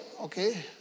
okay